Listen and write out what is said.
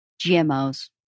GMOs